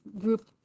group